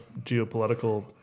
geopolitical